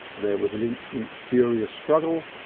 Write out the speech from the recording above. there was an instant's furious struggle,